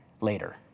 later